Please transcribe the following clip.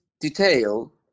detail